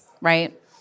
right